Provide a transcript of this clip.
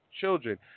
children